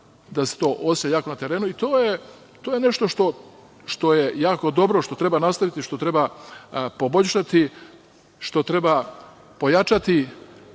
da se to oseća na terenu. To je nešto što je jako dobro, što treba nastaviti, što treba poboljšati, što treba pojačati